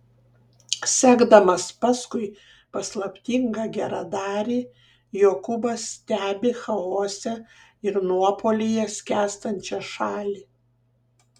sekdamas paskui paslaptingą geradarį jokūbas stebi chaose ir nuopuolyje skęstančią šalį